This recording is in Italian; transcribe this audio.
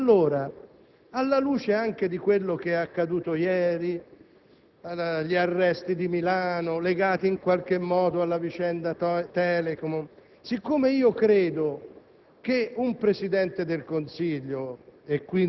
Non è assolutamente pensabile che questo accada. Pertanto, alla luce di quanto accaduto ieri - gli arresti di Milano legati in qualche modo alla vicenda Telecom -, poiché credo